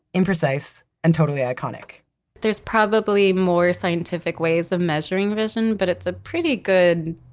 imprecise, and totally iconic there's probably more scientific ways of measuring vision, but it's a pretty good,